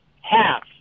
half